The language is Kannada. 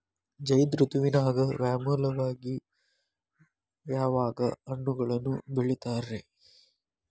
ಝೈದ್ ಋತುವಿನಾಗ ಮಾಮೂಲಾಗಿ ಯಾವ್ಯಾವ ಹಣ್ಣುಗಳನ್ನ ಬೆಳಿತಾರ ರೇ?